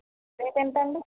rate ఎంతండి